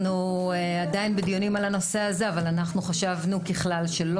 אנחנו עדיין בדיונים על הנושא הזה אבל אנחנו חשבנו שככלל לא